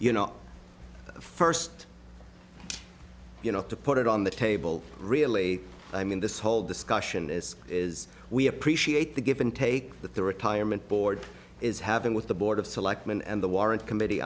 you know first you know to put it on the table really i mean this whole discussion is is we appreciate the give and take that the retirement board is having with the board of selectmen and the warrant committee